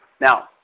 Now